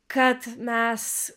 kad mes